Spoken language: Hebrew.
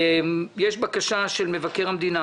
יש בקשה של מבקר המדינה